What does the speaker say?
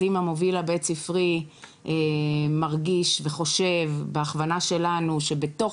אז אם המוביל הבית ספרי מרגיש וחושב בהכוונה שלנו שבתוך